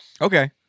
Okay